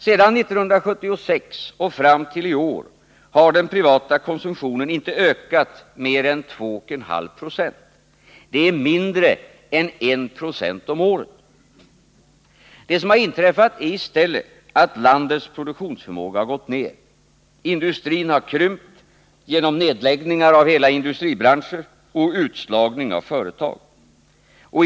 Sedan 1976 och fram till i år har den privata konsumtionen inte ökat mer än 2,5 Jo. Det är mindre än 1 96 om året. Det som inträffat är i stället att landets produktionsförmåga gått ner. Industrin har krympt genom nedläggningar av hela industribranscher och utslagning av företag.